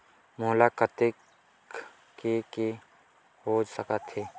मोला कतेक के के हो सकत हे?